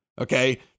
Okay